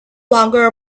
longer